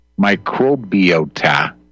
microbiota